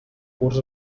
curs